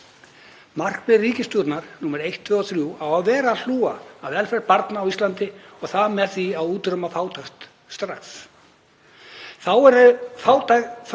Markmið ríkisstjórnar númer eitt, tvö og þrjú á að vera að hlúa að velferð barna á Íslandi og það með því að útrýma fátækt strax. Þá eru fátæk